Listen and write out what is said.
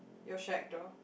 your shack door